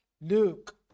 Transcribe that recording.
Luke